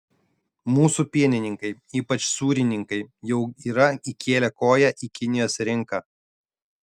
mūsų pienininkai ypač sūrininkai jau yra įkėlę koją į kinijos rinką